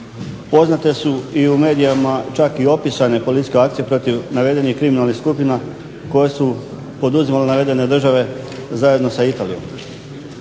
Poznate su i u medijima čak i opisane policijske akcije protiv navedenih kriminalnih skupina koje su poduzimale navedene države zajedno sa Italijom.